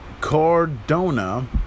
Cardona